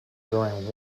during